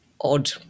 odd